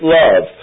love